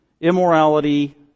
immorality